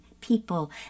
people